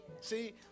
See